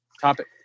topic